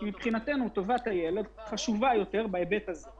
טובת הילד חשובה יותר בהיבט הזה.